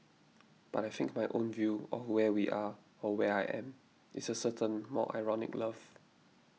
but I think my own view of where we are or where I am is a certain more ironic love